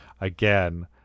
again